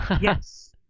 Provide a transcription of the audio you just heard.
Yes